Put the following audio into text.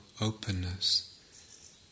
openness